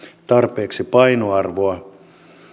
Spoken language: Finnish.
tarpeeksi painoarvoa